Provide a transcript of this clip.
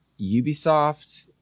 Ubisoft